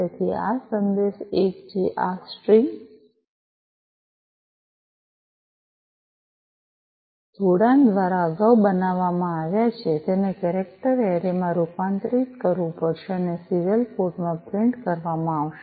તેથી આ સંદેશ એક જે આ સ્ટ્રિંગ જોડાણ દ્વારા અગાઉ બનાવવામાં આવ્યો છે તેને કેરેક્ટર એરે માં રૂપાંતરિત કરવું પડશે અને સીરીયલ પોર્ટ માં પ્રિન્ટ કરવામાં આવશે